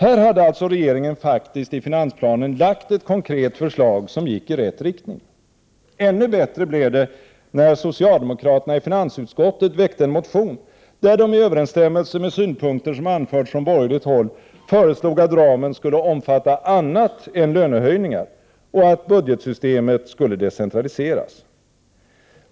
Här hade alltså regeringen faktiskt i finansplanen lagt fram ett konkret förslag som gick i rätt riktning. Ännu bättre blev det när socialdemokraterna i finansutskottet väckte en motion, där de i överensstämmelse med synpunkter som anförts från borgerligt håll föreslog att ramen skulle omfatta annat än lönehöjningar och att budgetsystemet skulle decentraliseras.